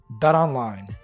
BetOnline